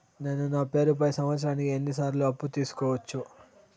నేను నా పేరుపై సంవత్సరానికి ఎన్ని సార్లు అప్పు తీసుకోవచ్చు?